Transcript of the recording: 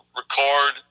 record